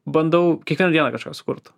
bandau kiekvieną dieną kažką sukurt